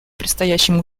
предстоящим